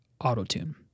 Auto-Tune